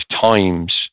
times